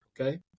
okay